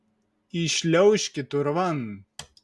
įšliaužkit urvan